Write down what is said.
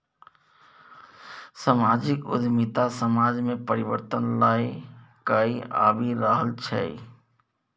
समाजिक उद्यमिता समाज मे परिबर्तन लए कए आबि रहल छै